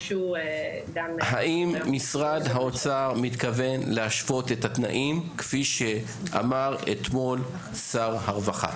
האם משרד האוצר מתכוון להשוות את התנאים כפי שאמר אתמול שר הרווחה?